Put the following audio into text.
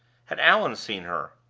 had allan seen her?